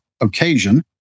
occasion